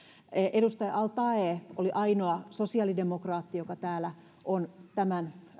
edustaja al taee oli ainoa sosiaalidemokraatti joka täällä on tämän